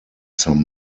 some